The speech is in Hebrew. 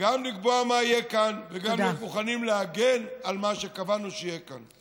גם לקבוע מה יהיה כאן וגם להיות מוכנים להגן על מה שקבענו שיהיה כאן.